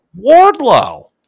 Wardlow